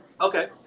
Okay